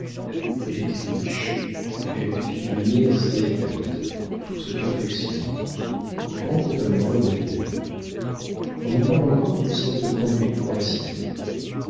elle était riche elle fit venir steibelt pour se perfectionner au grand étonnement de la ville on y parle encore de cette conduite princière